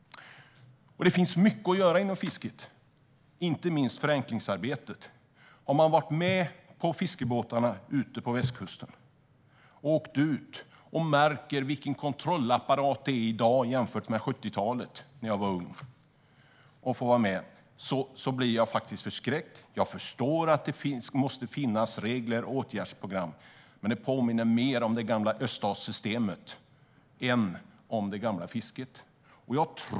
Det finns mycket att göra inom fisket, inte minst när det gäller förenklingsarbetet. Har man varit med på fiskebåtarna ute på Västkusten märker man vilken kontrollapparat det är i dag jämfört med på 70-talet, när jag var ung, och jag blir faktiskt förskräckt. Jag förstår att det måste finnas regler och åtgärdsprogram, men det påminner mer om det gamla öststatssystemet än om det gamla fisket.